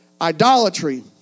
idolatry